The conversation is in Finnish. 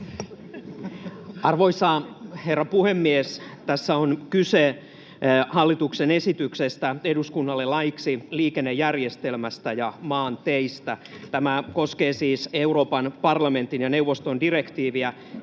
Arvoisa herra puhemies! Tässä on kyse hallituksen esityksestä eduskunnalle laiksi liikennejärjestelmästä ja maanteistä. Tämä koskee siis Euroopan parlamentin ja neuvoston direktiiviä